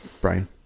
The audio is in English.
Brian